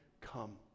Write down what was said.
Come